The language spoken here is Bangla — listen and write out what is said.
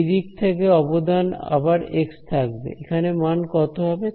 621 এখানে মান কত হবে